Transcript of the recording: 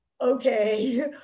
okay